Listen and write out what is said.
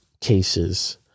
cases